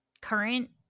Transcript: current